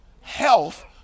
Health